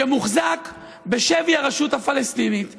מוחזק בשבי הרשות הפלסטינית ברמאללה.